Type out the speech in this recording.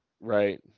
Right